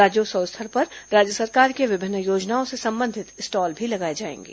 राज्योत्सव स्थल पर राज्य सरकार की विभिन्न योजनाओं से संबंधित स्टॉल भी लगाए जाएंगे